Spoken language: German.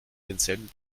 denselben